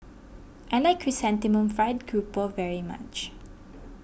I like Chrysanthemum Fried Grouper very much